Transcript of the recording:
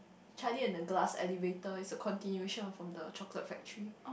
Charlie-and-the-Glass-Elevator is a continuation from the chocolate factory